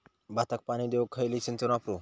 भाताक पाणी देऊक खयली सिंचन वापरू?